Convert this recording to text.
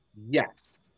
Yes